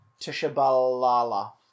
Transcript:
Tishabalala